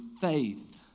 faith